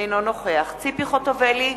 אינו נוכח ציפי חוטובלי,